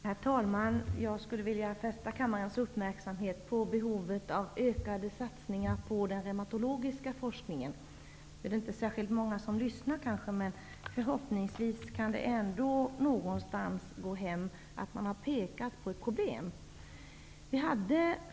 Herr talman! Jag vill fästa kammarens uppmärksamhet på behovet av ökade satsningar på den reumatologiska forskningen. Nu är det kanske inte särskilt många som lyssnar, men förhoppningsvis kan det ändå gå hem någonstans att jag har pekat på problemet.